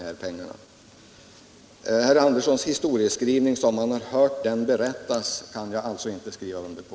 Herr Anderssons i Lycksele historieskrivning, som han hört händelsen berättas, kan jag alltså inte skriva under på.